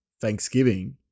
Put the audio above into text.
Thanksgiving